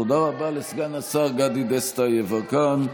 תודה רבה לסגן השר גדי דסטה יברקן.